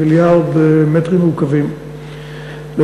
450 מיליארד מטרים מעוקבים כן.